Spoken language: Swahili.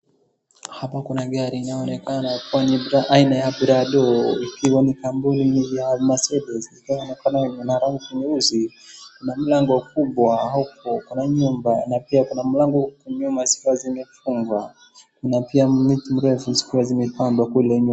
Hapo kuna gari inaoneka akuwa ni aina ya Prado ikiwa ni kampuni ya Mercedes. Ikiwa Inaoneka ina rangi nyeusi na mlango kubwa huku kuna nyumba na pia kuna mlango ya kutumia masifa zimefungwa na pia miti mirefu zikiwa zimepandwa kule nyuma.